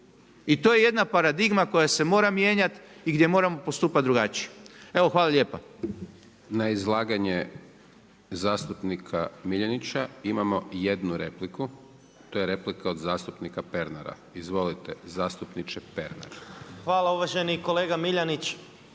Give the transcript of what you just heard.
I to je jedna paradigma koja se mora mijenjati i gdje moramo postupati drugačije. Evo, hvala lijepa. **Hajdaš Dončić, Siniša (SDP)** Na izlaganje zastupnika Miljenića imamo 1 repliku. To je replika od zastupnika Pernara. Izvolite zastupniče Pernar. **Pernar, Ivan